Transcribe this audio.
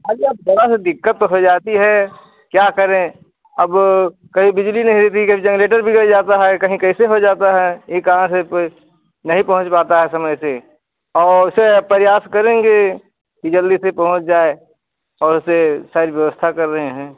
अरे अब थोड़ा सा दिक्कत तो हो जाती है क्या करें अब कहीं बिजली नहीं दी गई अब जेनरेटर बिगड़ जाता है कहीं कैसे हो जाता है कि कहाँ से प नहीं पहुँच पाता समय से और ऐसे प्रयास करेंगे कि जल्दी से पहुँच जाए और ऐसे सारी व्यवस्था कर रहे हैं